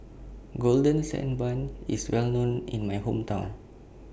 Golden Sand Bun IS Well known in My Hometown